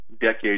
decades